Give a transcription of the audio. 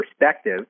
perspective